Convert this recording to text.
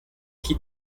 qui